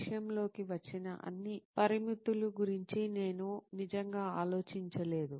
విషయం లోకి వచ్చిన అన్ని పారామితుల గురించి నేను నిజంగా ఆలోచించలేదు